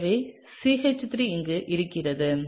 எனவே CH3 இங்கே இருக்கின்றது